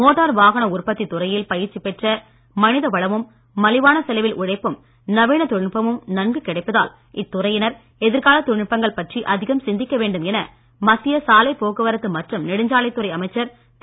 motor வாகன உற்பத்தி துறையில் பயிற்சி பெற்ற மனித வளமும் மலிவான செலவில் உழைப்பும் நவீன தொழில்நுட்பமும் நன்கு கிடைப்பதால் இத்துறையினர் எதிர்கால தொழில்நுட்பங்கள் பற்றி அதிகம் சிந்திக்க வேண்டும் என மத்திய சாலைப்போக்குவரத்து மற்றும் நெடுஞ்சாலைத்துறை அமைச்சர் திரு